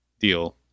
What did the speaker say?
deal